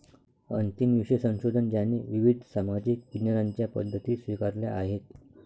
अंतिम विषय संशोधन ज्याने विविध सामाजिक विज्ञानांच्या पद्धती स्वीकारल्या आहेत